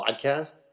podcast